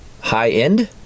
high-end